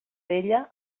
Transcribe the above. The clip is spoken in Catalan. vella